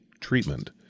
treatment